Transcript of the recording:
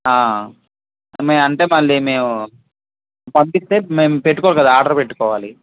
ఆ మే అంటే మళ్ళీ మేము పంపిస్తే మేం పెట్టుకోవాలి కదా ఆర్డర్ పెట్టుకోవాలి